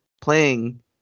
playing